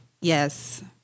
yes